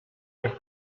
niech